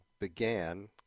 began